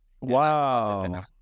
Wow